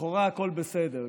לכאורה הכול בסדר.